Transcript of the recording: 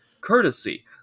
courtesy